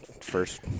first